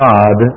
God